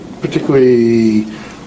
particularly